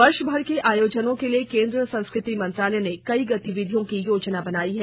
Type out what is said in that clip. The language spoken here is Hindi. वर्षभर के आयोजनों के लिए केन्द्रीय संस्कृति मंत्रालय ने कई गतिविधियों की योजना बनाई है